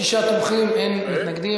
שישה תומכים, אין מתנגדים.